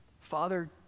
Father